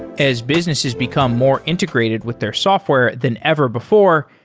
as businesses become more integrated with their software than ever before,